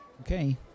Okay